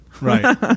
Right